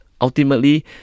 ultimately